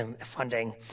funding